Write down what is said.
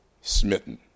smitten